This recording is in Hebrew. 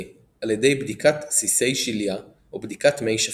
על ידי בדיקת סיסי שליה או בדיקת מי שפיר.